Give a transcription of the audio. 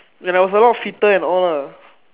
when I was a lot fitter and all lah